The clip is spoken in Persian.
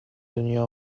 دنیا